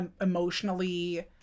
emotionally